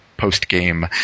post-game